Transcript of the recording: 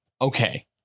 Okay